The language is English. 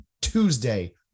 Tuesday